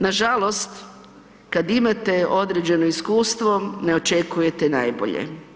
Nažalost, kada imate određeno iskustvo ne očekujete najbolje.